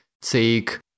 take